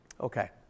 Okay